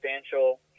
substantial